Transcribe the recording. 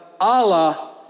Allah